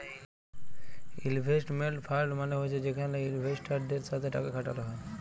investment fund মালে হছে যেখালে ইলভেস্টারদের সাথে টাকা খাটাল হ্যয়